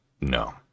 No